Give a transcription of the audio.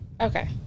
Okay